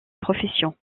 profession